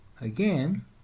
Again